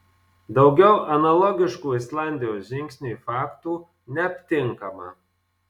daugiau analogiškų islandijos žingsniui faktų neaptinkama